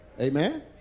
Amen